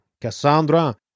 Cassandra